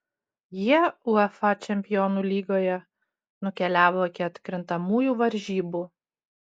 jie uefa čempionų lygoje nukeliavo iki atkrintamųjų varžybų